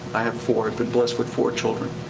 i have four, i've been blessed with four children.